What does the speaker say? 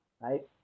right